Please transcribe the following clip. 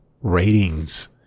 ratings